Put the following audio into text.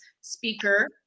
speaker